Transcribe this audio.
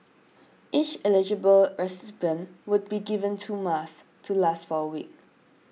each eligible recipient will be given two masks to last for a week